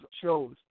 shows